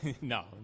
No